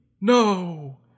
No